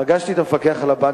פגשתי את המפקח על הבנקים,